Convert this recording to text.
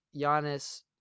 Giannis